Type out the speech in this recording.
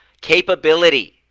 capability